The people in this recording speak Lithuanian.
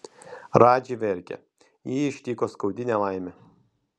radži verkia jį ištiko skaudi nelaimė